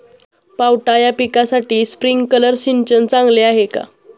पावटा या पिकासाठी स्प्रिंकलर सिंचन चांगले आहे का?